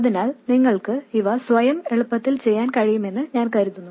അതിനാൽ നിങ്ങൾക്ക് ഇവ സ്വയം എളുപ്പത്തിൽ ചെയ്യാൻ കഴിയുമെന്ന് ഞാൻ കരുതുന്നു